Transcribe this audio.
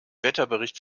wetterbericht